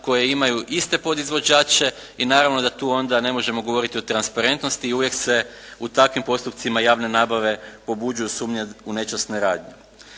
koje imaju iste podizvođače i naravno da tu onda ne možemo govoriti o transparentnosti i uvijek se u takvim postupcima javne nabave pobuđuju sumnje u nečasne radnje.